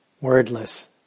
wordless